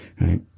right